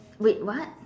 wait what